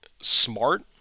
smart